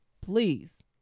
please